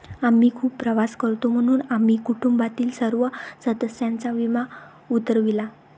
आम्ही खूप प्रवास करतो म्हणून आम्ही कुटुंबातील सर्व सदस्यांचा विमा उतरविला